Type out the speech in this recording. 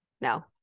No